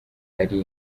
ari